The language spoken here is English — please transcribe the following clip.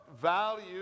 value